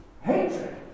hatred